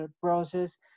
process